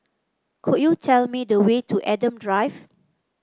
could you tell me the way to Adam Drive